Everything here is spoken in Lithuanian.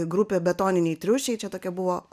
grupė betoniniai triušiai čia tokia buvo